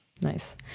Nice